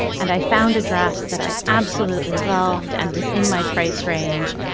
and i found a dress that i absolutely loved and was in my price range.